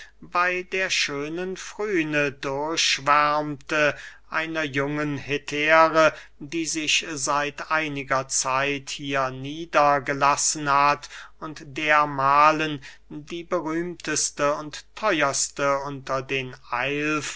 bey der schönen fryne durchschwärmte einer jungen hetäre die sich seit einiger zeit hier niedergelassen hat und dermahlen die berühmteste und theuerste unter den